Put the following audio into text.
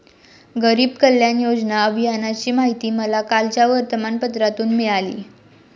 गरीब कल्याण योजना अभियानाची माहिती मला कालच्या वर्तमानपत्रातून मिळाली